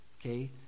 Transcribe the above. okay